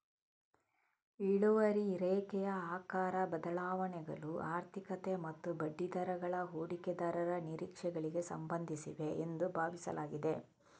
ಇಳುವರಿ ರೇಖೆಯ ಆಕಾರ ಬದಲಾವಣೆಗಳು ಆರ್ಥಿಕತೆ ಮತ್ತು ಬಡ್ಡಿದರಗಳ ಹೂಡಿಕೆದಾರರ ನಿರೀಕ್ಷೆಗಳಿಗೆ ಸಂಬಂಧಿಸಿವೆ ಎಂದು ಭಾವಿಸಲಾಗಿದೆ